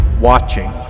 watching